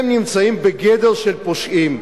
הם נמצאים בגדר פושעים,